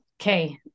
Okay